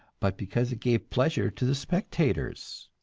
but because it gave pleasure to the spectators.